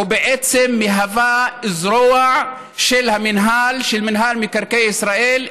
שהיא בעצם זרוע של מינהל מקרקעי ישראל,